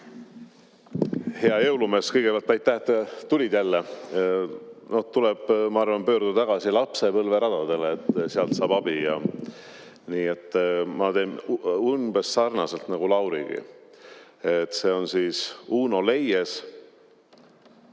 Hea jõulumees, kõigepealt aitäh, et tulid jälle! Tuleb, ma arvan, pöörduda tagasi lapsepõlveradadele, sealt saab abi. Ja ma teen umbes sarnaselt nagu Lauri. See on Uno Leies,